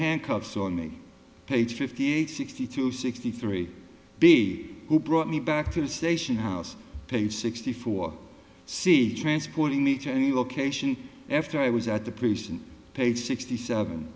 handcuffs on me page fifty eight sixty two sixty three b who brought me back to the station house page sixty four c transporting me to any location after i was at the person page sixty seven